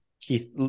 Keith